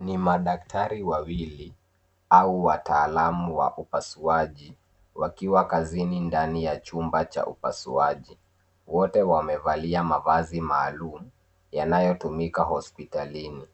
Ni madaktari wawili au wataalamu wa upasuaji wakiwa kazini ndani ya chumba cha upasuaji. Wote wamevalia mavazi maalum yanayotumika hospitalini